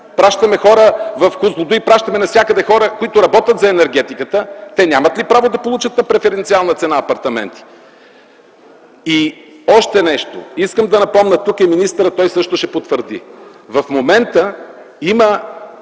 Пращаме хора в Козлодуй, пращаме навсякъде хора, които работят за енергетиката. Те нямат ли право да получат на преференциална цена апартамент? И още нещо искам да напомня. Тук е министърът, той също ще потвърди – в момента има